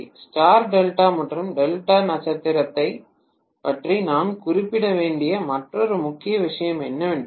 star delta மற்றும் delta நட்சத்திரத்தைப் பற்றி நாம் குறிப்பிட வேண்டிய மற்றொரு முக்கிய விஷயம் என்னவென்றால்